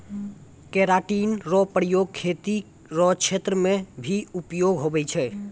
keratin रो प्रयोग खेती रो क्षेत्र मे भी उपयोग हुवै छै